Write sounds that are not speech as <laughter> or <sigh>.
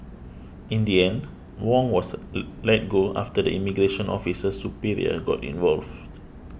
in the end Wong was <noise> let go after the immigration officer's superior got involved